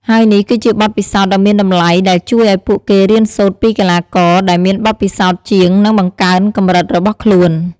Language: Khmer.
ហើយនេះគឺជាបទពិសោធន៍ដ៏មានតម្លៃដែលជួយឱ្យពួកគេរៀនសូត្រពីកីឡាករដែលមានបទពិសោធន៍ជាង និងបង្កើនកម្រិតរបស់ខ្លួន។